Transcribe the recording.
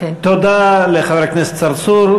תודה לחבר הכנסת צרצור.